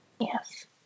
Yes